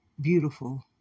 Beautiful